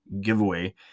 giveaway